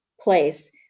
place